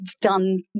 done